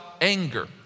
anger